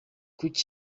kuri